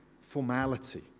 formality